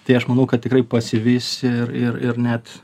tai aš manau kad tikrai pasivys ir ir ir net